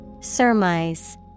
Surmise